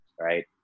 right